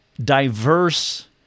diverse